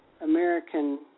American